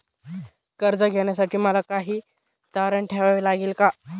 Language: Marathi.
कर्ज घेण्यासाठी मला काही तारण ठेवावे लागेल का?